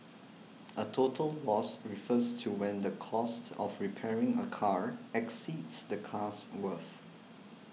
a total loss refers to when the cost of repairing a car exceeds the car's worth